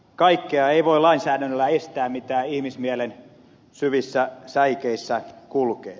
kaikkea ei voi lainsäädännöllä estää mitä ihmismielen syvissä säikeissä kulkee